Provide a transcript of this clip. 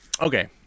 Okay